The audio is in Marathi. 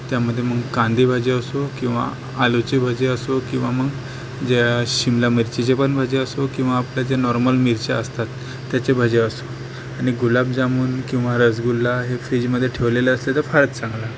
त्यामध्ये मग कांदे भजी असो किंवा आलूची भजी असो किंवा मग ज्या शिमला मिरचीचे पण भजी असो किंवा आपलं जे नॉर्मल मिरच्या असतात त्याचे भजी असो आणि गुलाबजामून किंवा रसगुल्ला हे फ्रीजमध्ये ठेवलेले असले तर फारच चांगलं